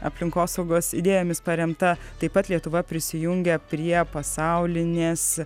aplinkosaugos idėjomis paremta taip pat lietuva prisijungia prie pasaulinės